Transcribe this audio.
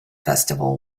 festival